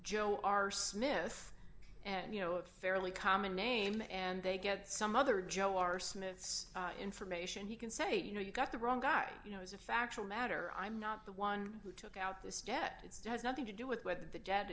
joe are smith and you know a fairly common name and they get some other joe arsonists information he can say you know you got the wrong guy you know as a factual matter i'm not the one who took out this debt has nothing to do with what the de